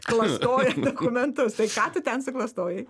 klastoja dokumentus tai ką tu ten suklastojai